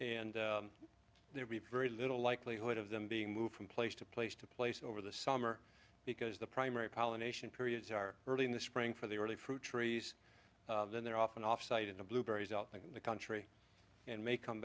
and there'd be very little likelihood of them being moved from place to place to place over the summer because the primary pollination periods are early in the spring for the early fruit trees then they're often off site in a blueberries out in the country and may come